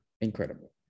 Incredible